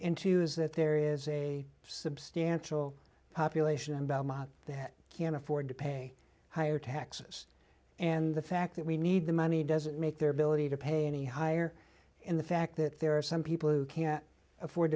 is that there is a substantial population that can afford to pay higher taxes and the fact that we need the money doesn't make their ability to pay any higher in the fact that there are some people who can't afford